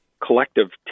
collective